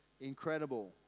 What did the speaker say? incredible